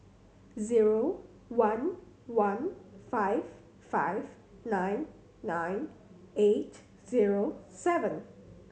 zero one one five five nine nine eight zero seven